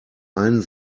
einen